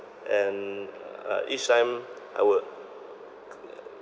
and uh each time I would